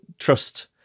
Trust